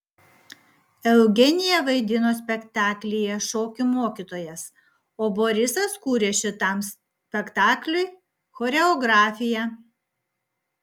eugenija vaidino spektaklyje šokių mokytojas o borisas kūrė šitam spektakliui choreografiją